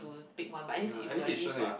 big one but at least if you were leave a